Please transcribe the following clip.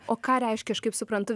o ką reiškia aš kaip suprantu